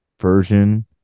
version